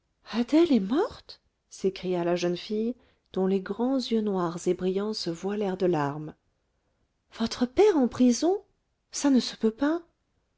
adèle est morte s'écria la jeune fille dont les grands yeux noirs et brillants se voilèrent de larmes votre père en prison ça ne se peut pas